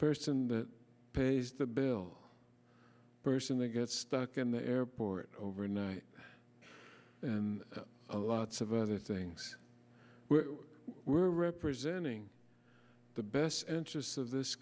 person that pays the bill person that gets stuck in the airport overnight and lots of other things were representing the best interests of this